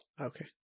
Okay